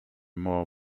more